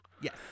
Yes